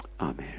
amen